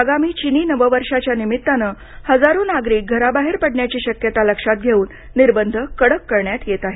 आगामी चीनी नववर्षाच्या निमित्तानं हजारो नागरिक घराबाहेर पडण्याची शक्यता लक्षात घेऊन निर्बंध कडक करण्यात येत आहेत